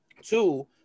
Two